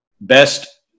best